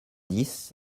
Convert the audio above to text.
dix